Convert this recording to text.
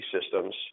systems